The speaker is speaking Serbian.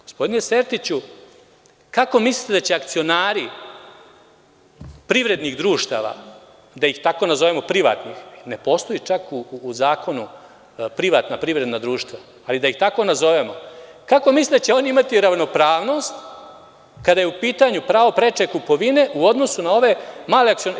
Gospodine Sertiću, kako mislite da će akcionari privrednih društava, da ih tako nazovemo, privatnih, ne postoji čak u zakonu privatna privredna društva, ali da ih tako nazovemo, kako mislite da ćeoni imati ravnopravnost, kada je u pitanju pravo preče kupovine, u odnosu na ove male akcionare?